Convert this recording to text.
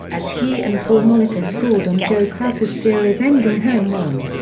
as he and paul molitor scored on joe carter's series-ending home run.